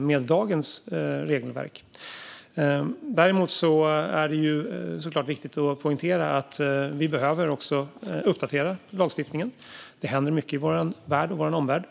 med dagens regelverk. Däremot är det såklart viktigt att poängtera att vi också behöver uppdatera lagstiftningen. Det händer mycket i vår värld och i vår omvärld.